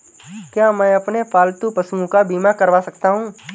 क्या मैं अपने पालतू पशुओं का बीमा करवा सकता हूं?